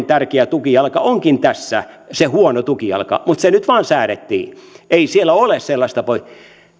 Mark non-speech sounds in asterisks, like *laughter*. *unintelligible* tärkeä tukijalka onkin tässä se huono tukijalka mutta se nyt vaan säädettiin eikä siellä ole sellaista poikkeusta